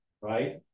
right